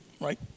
Right